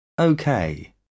Okay